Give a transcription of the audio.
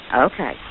Okay